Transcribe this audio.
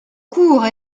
courts